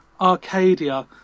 Arcadia